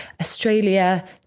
Australia